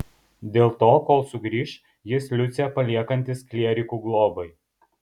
dėl to kol sugrįš jis liucę paliekantis klierikų globai